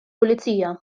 pulizija